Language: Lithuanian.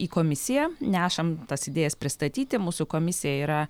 į komisiją nešam tas idėjas pristatyti mūsų komisija yra